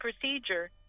procedure